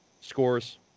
scores